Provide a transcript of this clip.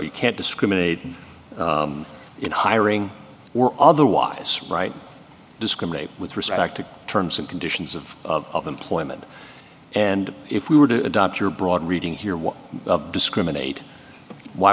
you can't discriminate in hiring we're otherwise right discriminate with respect to terms and conditions of of employment and if we were to adopt your broad reading here what discriminate why